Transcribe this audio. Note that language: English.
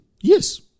Yes